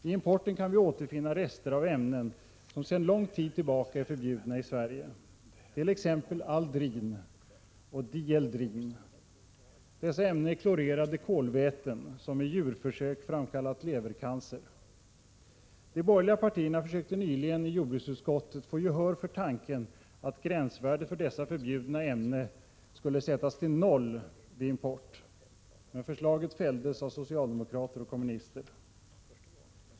I importen kan vi återfinna rester av ämnen, som sedan lång tid tillbaka är förbjudna i Sverige, t.ex. aldrin och dieldrin. Dessa ämnen är klorerade kolväten, som i djurförsök framkallat levercancer. De borgerliga partierna försökte nyligen i jordbruksutskottet få gehör för tanken att gränsvärdet för dessa förbjudna ämnen skulle sättas till noll vid import. Förslaget fälldes av socialdemokrater och kommunister.